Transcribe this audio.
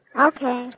Okay